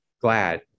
glad